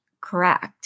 correct